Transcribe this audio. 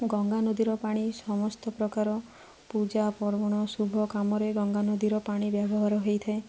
ଗଙ୍ଗା ନଦୀର ପାଣି ସମସ୍ତ ପ୍ରକାର ପୂଜା ପର୍ବଣ ଶୁଭ କାମରେ ଗଙ୍ଗା ନଦୀର ପାଣି ବ୍ୟବହାର ହୋଇଥାଏ